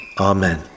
Amen